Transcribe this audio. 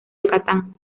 yucatán